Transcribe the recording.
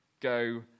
go